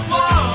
one